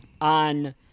on